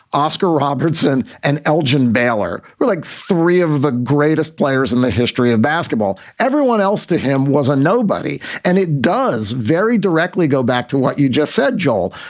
oscar robertson and elgin baylor. we're like three of the greatest players in the history of basketball. everyone else to him was a nobody. and it does very directly go back to what you just said, joel.